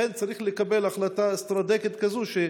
לכן צריך לקבל החלטה אסטרטגית כזאת,